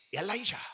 Elijah